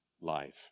life